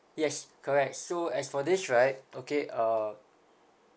yes correct so as for this right okay uh